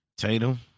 Tatum